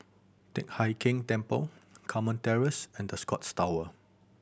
Teck Hai Keng Temple Carmen Terrace and The Scotts Tower